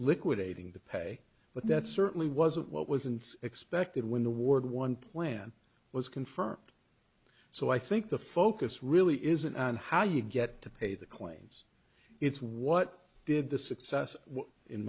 liquidating the pay but that certainly wasn't what wasn't expected when the ward one plan was confirmed so i think the focus really isn't on how you get to pay the claims it's what did the success in